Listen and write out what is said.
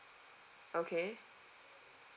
okay